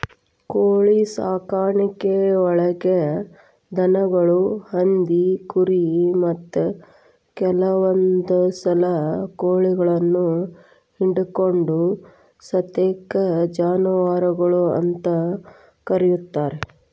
ಪ್ರಾಣಿಸಾಕಾಣಿಕೆಯೊಳಗ ದನಗಳು, ಹಂದಿ, ಕುರಿ, ಮತ್ತ ಕೆಲವಂದುಸಲ ಕೋಳಿಗಳನ್ನು ಹಿಡಕೊಂಡ ಸತೇಕ ಜಾನುವಾರಗಳು ಅಂತ ಕರೇತಾರ